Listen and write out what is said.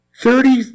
thirty